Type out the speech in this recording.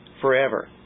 forever